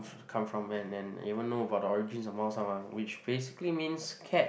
come from and and even know the about the origins of 猫山王:Mao-Shan-Wang which basically means cat